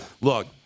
Look